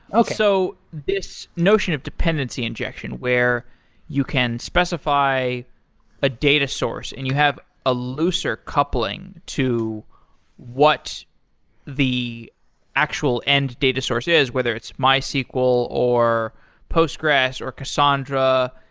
ah so this notion of dependency injection where you can specify a data source and you have a looser coupling to what the actual end data source is, whether it's mysql or postgres or cassandra,